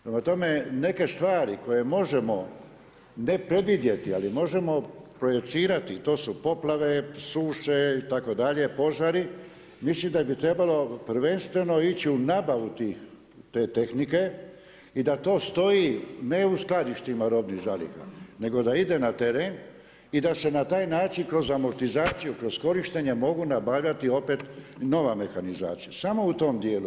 Prema tome, neke stvari koje možemo ne predvidjeti, možemo projicirati, to su poplave, suše itd. požari mislim da bi trebali prvenstveno ići u nabavu te tehnike i da to stoji ne u skladištima robnih zaliha nego da ide na teren i da se na taj način kroz amortizaciju, kroz korištenje mogu nabavljati opet nova mehanizacija, samo u tom dijelu.